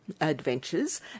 Adventures